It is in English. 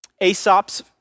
Aesop's